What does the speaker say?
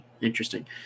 Interesting